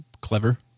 clever